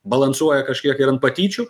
balansuoja kažkiek ir an patyčių